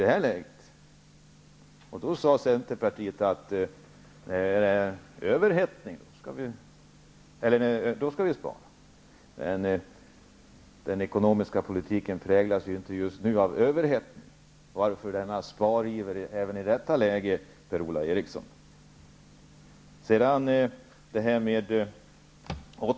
Den gången sade Centerpartiet att när det är överhettning skall vi spara. Men den ekonomiska verkligheten just nu präglas ju inte av överhettning. Varför denna spariver även i detta läge, Per-Ola Eriksson?